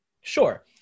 Sure